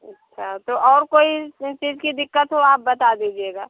अच्छा तो और कोई चीज की दिक्कत हो आप बता दीजिएगा